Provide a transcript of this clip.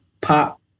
pop